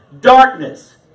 darkness